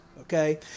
okay